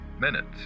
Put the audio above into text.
minutes